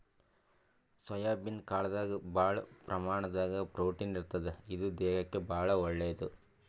soybean ಕಾಳ್ದಾಗ್ ಭಾಳ್ ಪ್ರಮಾಣದಾಗ್ ಪ್ರೊಟೀನ್ ಇರ್ತದ್ ಇದು ದೇಹಕ್ಕಾ ಭಾಳ್ ಒಳ್ಳೇದ್